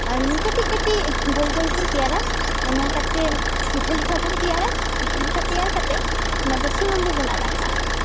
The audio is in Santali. ᱠᱟᱹᱴᱤᱡ ᱠᱟᱹᱴᱤᱡ ᱜᱳᱞ ᱜᱳᱞᱵᱚᱱ ᱛᱮᱭᱟᱨᱟ ᱚᱱᱟ ᱠᱟᱛᱮᱫ ᱯᱤᱴᱷᱟᱹ ᱞᱮᱠᱟᱵᱚᱱ ᱛᱮᱭᱟᱨᱟ ᱯᱤᱴᱷᱟᱹ ᱞᱮᱠᱟ ᱛᱮᱭᱟᱨ ᱠᱟᱛᱮᱫ ᱚᱱᱟᱫᱚ ᱥᱩᱱᱩᱢ ᱨᱮᱵᱚᱱ ᱟᱲᱟᱜᱟ